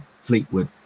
Fleetwood